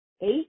eight